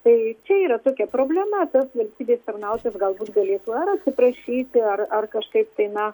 tai čia yra tokia problema tas valstybės tarnautojas galbūt galėtų ar atsiprašyti ar ar kažkaip tai na